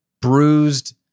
bruised